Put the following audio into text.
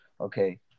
okay